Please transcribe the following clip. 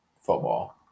football